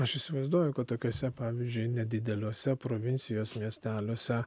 aš įsivaizduoju kad tokiuose pavyzdžiui nedideliuose provincijos miesteliuose